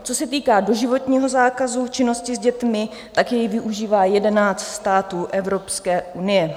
Co se týká doživotního zákazu činnosti s dětmi, tak jej využívá 11 států Evropské unie.